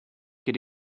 get